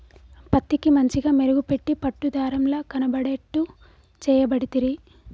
పత్తికి మంచిగ మెరుగు పెట్టి పట్టు దారం ల కనబడేట్టు చేయబడితిరి